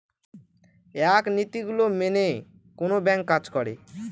এক নীতি গুলো মেনে কোনো ব্যাঙ্ক কাজ করে